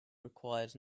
required